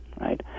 right